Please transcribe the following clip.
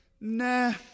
nah